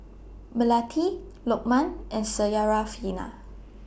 Melati Lokman and Syarafina